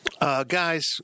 Guys